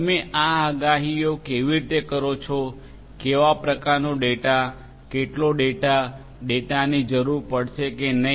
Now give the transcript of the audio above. તમે આ આગાહીઓ કેવી રીતે કરો છો કેવા પ્રકારનો ડેટા કેટલો ડેટા ડેટાની જરૂર પડશે કે નહીં